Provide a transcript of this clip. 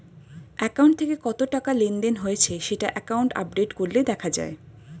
account থেকে কত টাকা লেনদেন হয়েছে সেটা অ্যাকাউন্ট আপডেট করলে দেখা যায়